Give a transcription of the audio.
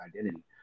identity